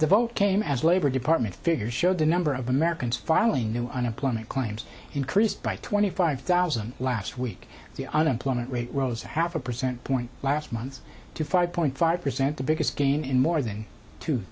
the vote came as labor department figures show the number of americans filing new unemployment claims increased by twenty five thousand last week the unemployment rate rose half a percent point last month to five point five percent the biggest gain in more than two